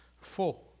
Four